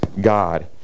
God